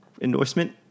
endorsement